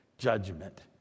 judgment